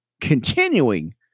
Continuing